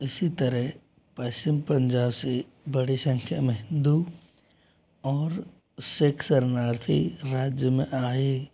इसी तरह पश्चिम पंजाब से बड़ी संख्या में हिंदू और सिख शरणार्थी राज्य में आए